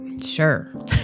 Sure